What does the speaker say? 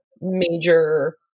major